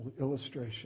illustration